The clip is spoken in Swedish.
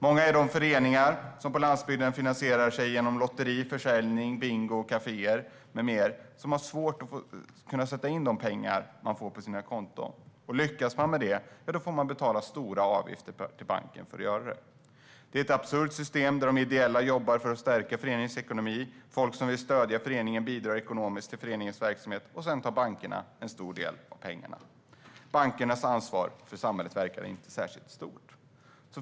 Många är de föreningar som på landsbygden finansierar sig genom lotterier, försäljning, bingo, kaféer med mera och som har svårt att sätta in de pengar de tjänar på sina konton. Lyckas de med det får de betala stora avgifter till banken för att göra det. Det är ett absurt system där de ideella jobbar för att stärka föreningens ekonomi. Folk som vill stödja föreningen bidrar ekonomiskt till föreningens verksamhet, och sedan tar bankerna en stor del av pengarna. Bankernas ansvar för samhället verkar inte särskilt stort.